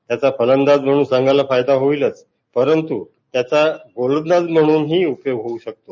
त्याचा फलंदाज म्हणून फायदा होईलच परंतु त्याचा गोलंदाज म्हणूनही उपयोग होऊ शकतो